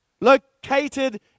Located